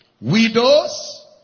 Widows